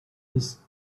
this